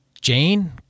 Jane